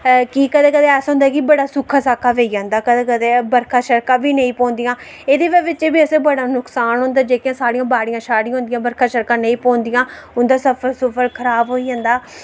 कि कदें कदें ऐसा होंदा कि बड़ा सुक्का सक्का पेई जंदा कदें कदें बर्खा शर्खा बी नेईं पौंदियां एहदे च बी असें ई बड़ा नुक्सान होंदा जेह्का अस साढियां बाडि़यां शाडि़यां होंदियां बर्खा शर्खा नेईं पौंदियां उंदा फसल खराब होई जंदा